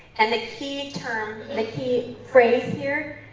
and the key term, the key phrase here,